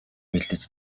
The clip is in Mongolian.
бэлдэж